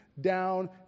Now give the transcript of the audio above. down